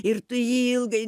ir tu jį ilgai